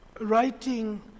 writing